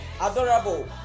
adorable